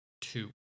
two